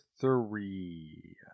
three